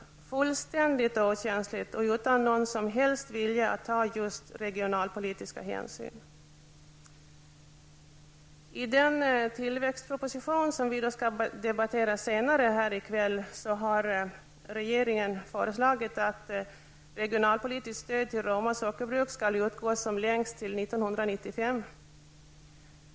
Man har varit fullständigt okänslig och inte velat ta några som helst regionalpolitiska hänsyn. I den tillväxtproposition som vi skall debattera senare i kväll har regeringen föreslagit att regionalpolitiskt stöd till Roma sockerbruk skall utgå som längst till 1995.